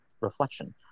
reflection